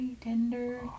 Tender